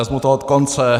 Vezmu to od konce.